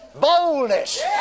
boldness